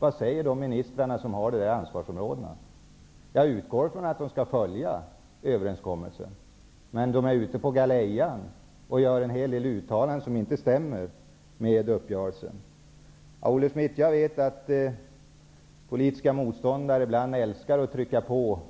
Vad säger de ministrar som har dessa ansvarsområden? Jag utgår från att de skall följa överenskommelsen. Men de är ute på galejan och gör en hel del uttalanden som inte stämmer med uppgörelsen. Jag vet, Olle Schmidt, att politiska motståndare ibland älskar att tvinga på